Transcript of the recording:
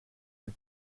are